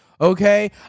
okay